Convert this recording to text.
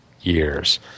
years